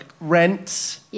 rents